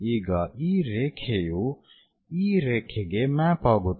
ಈಗ ಈ ರೇಖೆಯು ಈ ರೇಖೆಗೆ ಮ್ಯಾಪ್ ಆಗುತ್ತದೆ